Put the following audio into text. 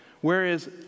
Whereas